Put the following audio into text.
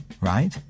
right